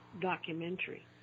documentary